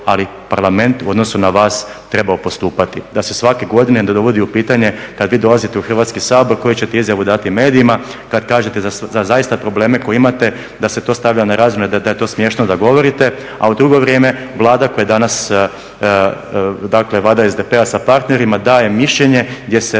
ali Parlament u odnosu na vas trebao postupati. Da se svake godine ne dovodi u pitanje, kad vi dolazite u Hrvatski sabor koju ćete izjavu dati medijima kad kažete da zaista probleme koje imate, da se to stavlja na razmjenu i da je to smiješno da govorite. A u drugo vrijeme Vlada koja je danas, dakle Vlada SDP-a sa partnerima daje mišljenje gdje se